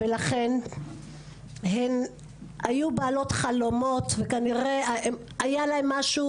ולכן הן היו בעלות חלומות וכנראה היה להם משהו